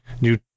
new